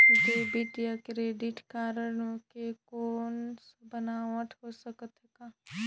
Debit या credit card के कोई भी बनवाय सकत है का?